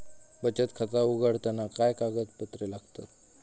बचत खाता उघडताना काय कागदपत्रा लागतत?